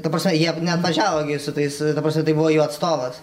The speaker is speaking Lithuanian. ta prasme jie neatvažiavo gi su tais ta prasme tai buvo jų atstovas